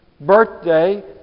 birthday